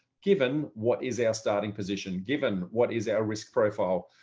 given what is our starting position, given what is our risk profile,